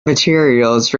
materials